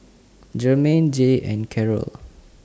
Germaine Jay and Carole